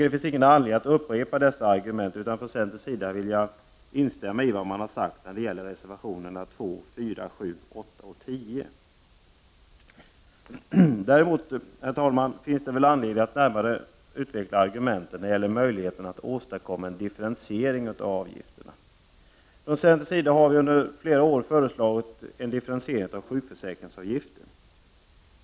Det finns ingen anledning att upprepa dessa argument, utan jag vill endast säga att vi från centerns sida instämmer i vad som har sagts i fråga om reservationerna 2, 4, 7, 8 och 10. Herr talman! Det finns däremot anledning att närmare utveckla argumenten vad gäller möjligheten att åstadkomma en differentiering av avgifterna. Centern har under flera år föreslagit en differentiering av sjukförsäkringsavgiften.